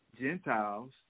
Gentiles